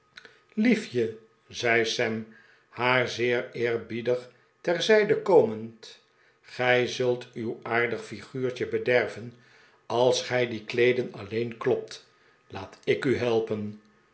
liefje zei sam haar zeer eerbiedig ter zijde komend gij z'ult uw aardige figuurtje bederven als gij die kleeden alleen klopt laat ik u helpen